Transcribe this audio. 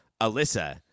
Alyssa